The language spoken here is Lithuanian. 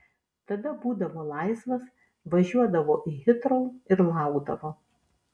tada būdavo laisvas važiuodavo į hitrou ir laukdavo